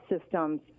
systems